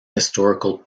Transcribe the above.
historical